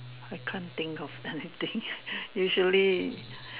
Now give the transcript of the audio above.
I can't think of anything usually